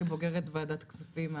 כבוגרת ועדת כספים,